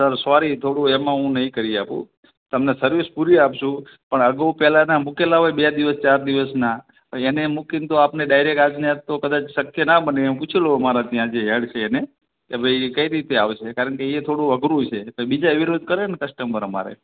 sir sorry થોડું એમાં હું નહીં કરી આપું તમને સર્વિસ પૂરી આપીશું પણ અગાઉ પહેલાંના મૂકેલાં હોય બે દિવસ ચાર દિવસનાં તો એને મૂકીને આપને ડાયરેક્ટ આજ ને આજ તો કદાચ શક્ય ના બને હું પૂછી લઉં અમારા ત્યાં જે હેડ છે એને કે ભઈ કઈ રીતે આવશે કારણ કે એ થોડું અઘરું છે નહીં તો બીજા વિરોધ કરે ને કસ્ટમર અમારે